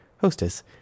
Hostess